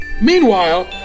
Meanwhile